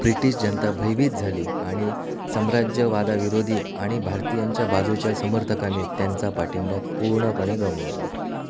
British जनता भयभीत झाली आणि सम्राज्यवादाविरोधी आणि भारतीयांच्या बाजूच्या समर्थकाने त्यांचा पाठिंबा पूर्णपणे गमवला